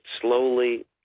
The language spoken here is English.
slowly